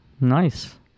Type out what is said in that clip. Nice